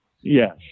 Yes